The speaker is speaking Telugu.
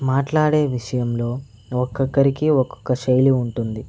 మాట్లాడే విషయంలో ఒక్కొక్కరికి ఒక్కొక్క శైలి ఉంటుంది